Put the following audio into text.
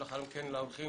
ולאחר מכן לאורחים.